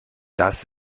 das